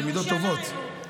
ב"מידות טובות".